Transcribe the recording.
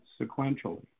sequentially